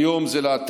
היום זה להט"בים,